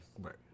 right